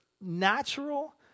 natural